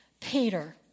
Peter